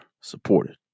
supported